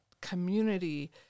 community